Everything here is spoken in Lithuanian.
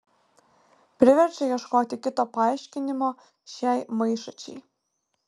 priverčia ieškoti kito paaiškinimo šiai maišačiai